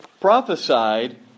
prophesied